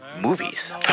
movies